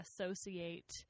associate